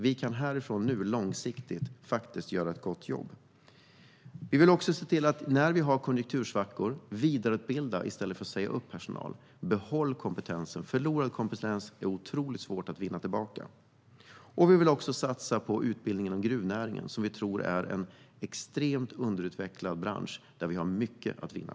Vi kan härifrån, nu, göra ett gott jobb långsiktigt. Vi vill också se till att vidareutbilda i stället för att säga upp personal när vi har konjunktursvackor. Behålla kompetensen! Förlorad kompetens är otroligt svår att vinna tillbaka. Vi vill även satsa på utbildning inom gruvnäringen, som vi tror är en extremt underutvecklad bransch där vi har mycket att vinna.